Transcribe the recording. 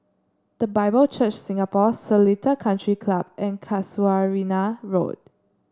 The Bible Church Singapore Seletar Country Club and Casuarina Road